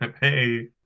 Hey